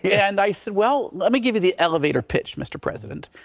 yeah and i said well, let me give you the elevator pitch, mr. president.